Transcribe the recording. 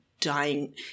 dying